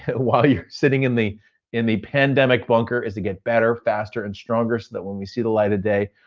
while you're sitting in the in the pandemic bunker is to get better, faster and stronger so that when we see the light of day,